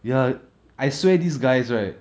ya I swear these guys right